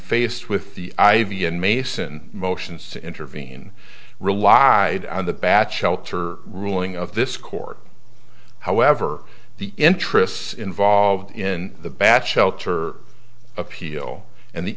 faced with the i v and mason motions to intervene relied on the batch l t ruling of this court however the interests involved in the batch shelter appeal and the